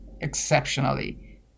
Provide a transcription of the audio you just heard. exceptionally